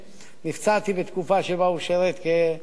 נפצעתי בתקופה שבה הוא שירת כמח"ט,